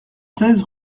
seize